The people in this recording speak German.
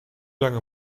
lange